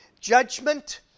judgment